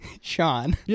Sean